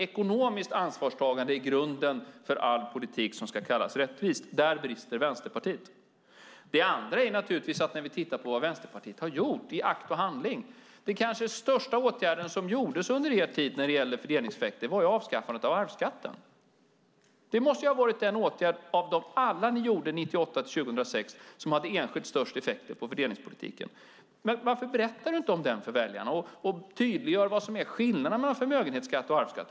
Ekonomiskt ansvarstagande är grunden för all politik som ska kallas rättvis. Där brister Vänsterpartiet. Det andra är naturligtvis när vi tittar på vad Vänsterpartiet har gjort i akt och handling. Den kanske största åtgärden som vidtogs under er tid när det gällde fördelningseffekten var avskaffandet av arvsskatten. Det måste ha varit den åtgärd av alla dem ni vidtog 1998-2006 som hade enskilt störst effekter på fördelningspolitiken. Varför berättar du inte om den för väljarna och tydliggör vad som är skillnaden mellan förmögenhetsskatt och arvsskatt?